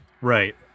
Right